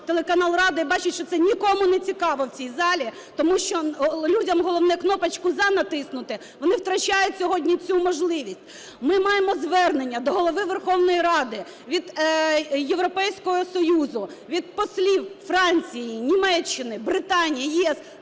телеканал "Рада" і бачать, що це нікому не цікаво в цій залі, тому що людям головне кнопочку "за" натиснути, вони втрачають сьогодні цю можливість. Ми маємо звернення до Голови Верховної Ради від Європейського Союзу, від послів Франції, Німеччини, Британії, ЄС